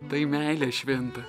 tai meilė švinta